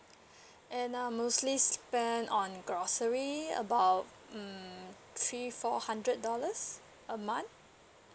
and I mostly spend on grocery about um three four hundred dollars a month